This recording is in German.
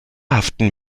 haften